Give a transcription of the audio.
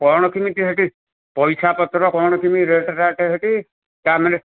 କ'ଣ କେମିତି ସେଠି ପଇସା ପତ୍ର କ'ଣ କେମିତି ରେଟ ରାଟେ ହେଠି ତା ମାନେ